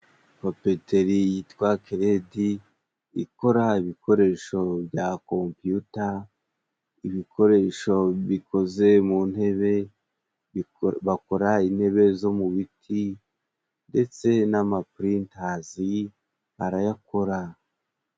Papeteri yitwa keledi ikora ibikoresho bya kompiyuta, ibikoresho bikoze mu ntebe, bakora intebe zo mu biti ndetse n'amapurintazi barayakora.